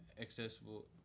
accessible